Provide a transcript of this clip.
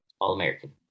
All-American